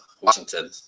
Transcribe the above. Washington